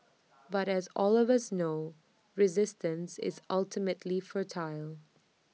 but as all of us know resistance is ultimately futile